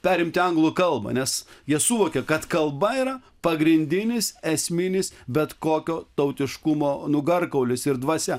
perimti anglų kalbą nes jie suvokė kad kalba yra pagrindinis esminis bet kokio tautiškumo nugarkaulis ir dvasia